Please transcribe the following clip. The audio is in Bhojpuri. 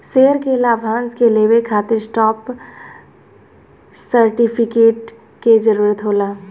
शेयर के लाभांश के लेवे खातिर स्टॉप सर्टिफिकेट के जरूरत होला